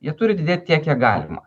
jie turi didėt tiek kiek galima